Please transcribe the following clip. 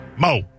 Mo